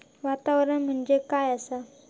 वातावरण म्हणजे काय असा?